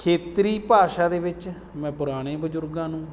ਖੇਤਰੀ ਭਾਸ਼ਾ ਦੇ ਵਿੱਚ ਮੈਂ ਪੁਰਾਣੇ ਬਜ਼ੁਰਗਾਂ ਨੂੰ